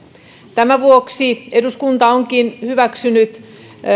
tämän vuoksi eduskunta onkin hyväksynyt